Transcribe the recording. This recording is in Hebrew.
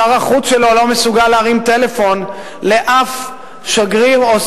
שר החוץ שלו לא מסוגל להרים טלפון לאף שגריר או